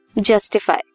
Justify